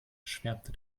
schwärmte